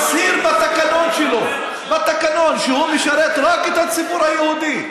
מצהיר בתקנון שהוא משרת רק את הציבור היהודי,